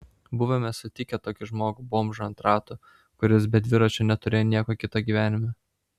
buvome sutikę tokį žmogų bomžą ant ratų kuris be dviračio neturėjo nieko kito gyvenime